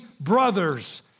brothers